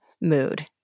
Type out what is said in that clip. mood